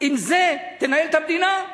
שעם זה תנהל את המדינה,